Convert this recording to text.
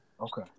Okay